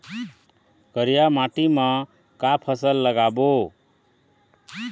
करिया माटी म का फसल लगाबो?